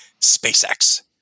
SpaceX